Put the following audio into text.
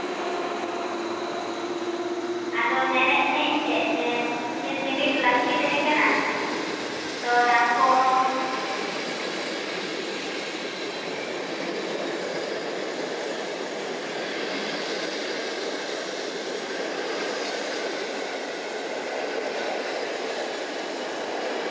ᱟᱫᱚ ᱢᱮᱱᱮᱫ ᱛᱟᱦᱮᱸᱫ ᱤᱧ ᱪᱮᱫ ᱡᱮ ᱤᱧᱟᱹᱜ ᱥᱤᱢᱤᱴ ᱞᱟᱹᱠᱛᱤ ᱛᱟᱦᱮᱸᱠᱟᱱᱟ ᱛᱚ ᱫᱟᱢ ᱠᱚ